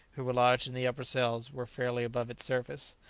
who were lodged in the upper cells, were fairly above its surface.